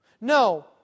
No